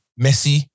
Messi